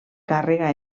càrrega